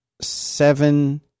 seven